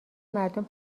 مردم